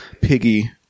piggy